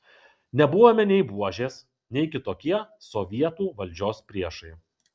nebuvome nei buožės nei kitokie sovietų valdžios priešai